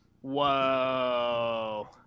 Whoa